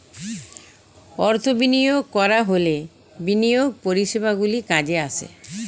অর্থ বিনিয়োগ করা হলে বিনিয়োগ পরিষেবাগুলি কাজে আসে